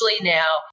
now